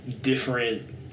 different